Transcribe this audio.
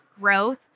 growth